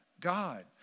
God